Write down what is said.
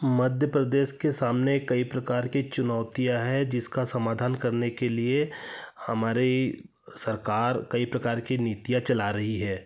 मध्य प्रदेश के सामने कई प्रकार के चुनौतियाँ हैं जिसका समाधान करने के लिए हमारी सरकार कई प्रकार की नीतियाँ चला रही है